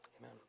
amen